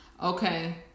okay